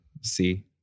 see